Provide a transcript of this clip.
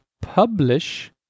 publish